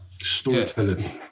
Storytelling